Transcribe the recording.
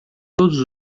todos